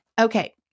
okay